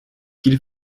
qu’il